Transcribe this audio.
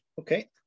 okay